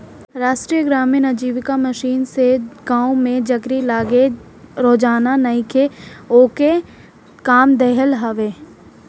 राष्ट्रीय ग्रामीण आजीविका मिशन से गांव में जेकरी लगे रोजगार नईखे ओके काम देहल हवे